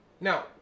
Now